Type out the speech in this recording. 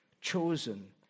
chosen